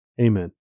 Amen